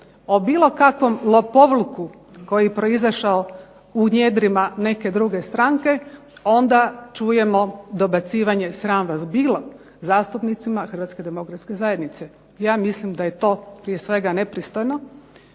o bilo kakvom lopovluku koji je proizašao u njedrima neke druge stranke onda čujemo dobacivanje sram vas bilo zastupnicima Hrvatske demokratske zajednice. Ja mislim da je to prije svega nepristojno,